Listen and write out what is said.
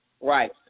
Right